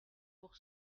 pour